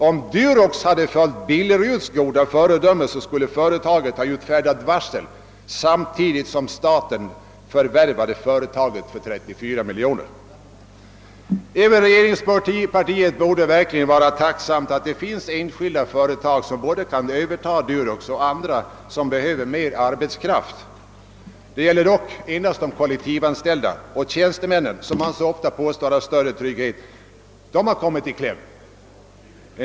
Om Durox hade följt Billeruds goda exempel skulle företaget ha utfärdat varsel samtidigt som staten förvärvade det för 34 miljoner kronor. Även regeringspartiet borde vara tacksamt för att det finns dels enskilda företag som kan överta Durox, dels företag som behöver mer arbetskraft. Detta senare gäller dock endast de kollektivanställda. Tjänstemännen, som annars så ofta påstås ha större trygghet än arbetarna, har kommit i kläm.